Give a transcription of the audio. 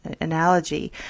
analogy